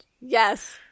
Yes